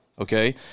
Okay